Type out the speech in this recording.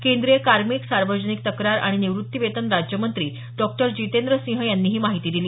केंद्रीय कार्मिक सार्वजनिक तक्रार आणि निवृत्तीवेतन राज्य मंत्री डॉ जितेंद्र सिंह यांनी ही माहिती दिली